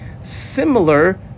similar